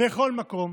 בכל מקום,